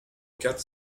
quatre